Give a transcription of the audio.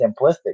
simplistic